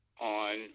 on